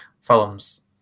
films